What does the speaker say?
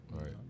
Right